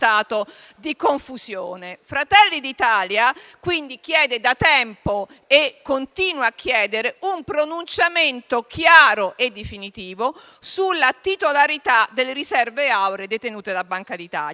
di confusione. Fratelli d'Italia chiede quindi da tempo, e continua a chiedere, un pronunciamento chiaro e definitivo sulla titolarità delle riserve auree detenute dalla Banca d'Italia.